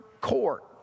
court